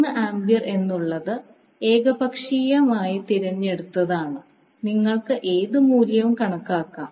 3 ampere എന്നുള്ളത് ഏകപക്ഷീയമായ തിരഞ്ഞ് എടുത്തതാണ് നിങ്ങൾക്ക് ഏത് മൂല്യവും കണക്കാക്കാം